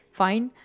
fine